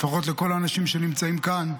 לפחות לכל האנשים שנמצאים כאן,